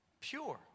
Pure